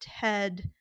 Ted